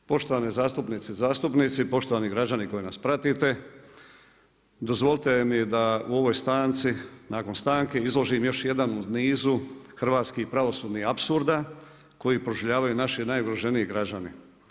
Poštovane zastupnice i zastupnici, poštovani građani koji nas pratite, dozvolite mi da u ovoj stanci, nakon stanke, izložim još jedan od nizu hrvatskih pravosudnih apsurda, koji proživljavaju naši najugroženiji građani.